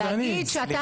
שושי